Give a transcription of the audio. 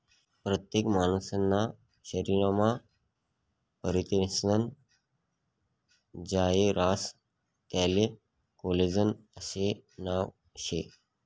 परतेक मानूसना शरीरमा परथिनेस्नं जायं रास त्याले कोलेजन आशे नाव शे